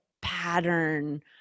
pattern